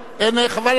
חבל על הזמן.